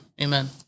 amen